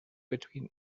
between